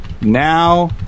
now